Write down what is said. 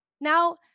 Now